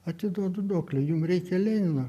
atiduodu duoklę jum reikia lenino